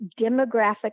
demographic